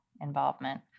involvement